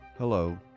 Hello